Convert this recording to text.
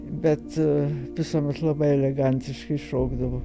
bet aaa visuomet labai elegantiškai šokdavo